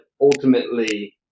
ultimately